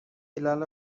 علل